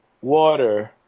water